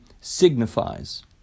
signifies